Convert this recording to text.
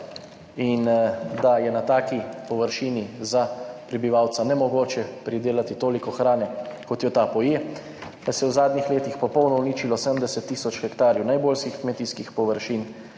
in da je na taki površini za prebivalca nemogoče pridelati toliko hrane kot jo ta poje, da se je v zadnjih letih popolno uničilo 70 tisoč hektarjev najboljših kmetijskih površin,